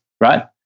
right